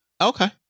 Okay